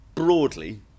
Broadly